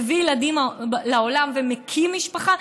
ומביא ילדים לעולם ומקים משפחה,